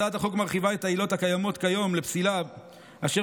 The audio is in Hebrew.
הצעת החוק מרחיבה את העילות הקיימות כיום לפסילה אשר